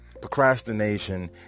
Procrastination